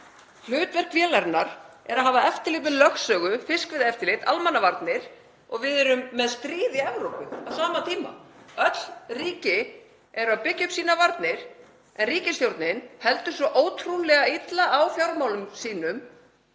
Hlutverk vélarinnar er að hafa eftirlit með lögsögu, fiskveiðieftirlit, og vera liður í almannavörnum og við erum með stríð í Evrópu á sama tíma. Öll ríki eru að byggja upp sínar varnir en ríkisstjórnin heldur svo ótrúlega illa á fjármálum